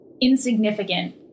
insignificant